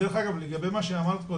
דרך אגב, לגבי מה שאמרת קודם,